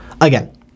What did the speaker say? Again